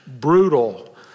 brutal